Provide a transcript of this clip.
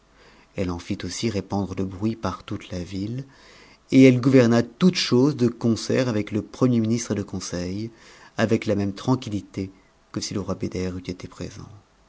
elle en fit aussi répandre le bruit par toute la ville et elle gouverna toutes choses de concert avec le premier ministre et le conseil avec la même tranquillité que si le roi beder eût été présent